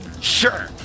Sure